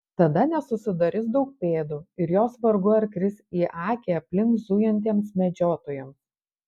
tada nesusidarys daug pėdų ir jos vargu ar kris į akį aplink zujantiems medžiotojams